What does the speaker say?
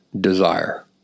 desire